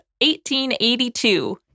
1882